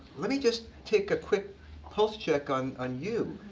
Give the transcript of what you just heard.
let me just take a quick pulse check on on you.